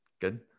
good